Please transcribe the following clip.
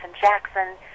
Jackson